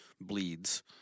bleeds